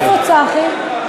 איפה צחי?